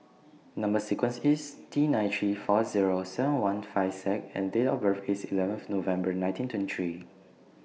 Number sequence IS T nine three four Zero seven one five Z and Date of birth IS eleventh November nineteen twenty three